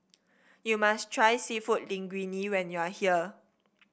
you must try seafood Linguine when you are here